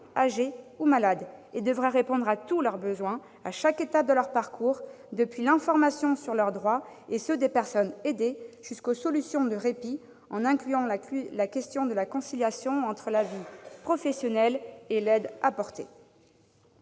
âgée ou malade. Il devra répondre à tous leurs besoins, à chaque étape de leur parcours, depuis l'information sur leurs droits et ceux des personnes aidées jusqu'aux solutions de répit, en incluant la question de la conciliation entre la vie professionnelle et l'aide apportée.